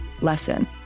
lesson